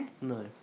No